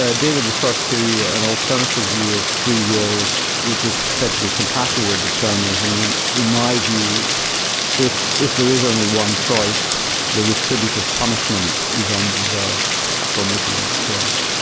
ah david referred to an alternative view of freewill which is said to be compatible with determinism, in in my view if if there is only one choice, the retributive punishment is undeserved for making that choice.